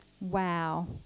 Wow